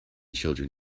children